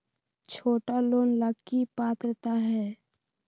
छोटा लोन ला की पात्रता है?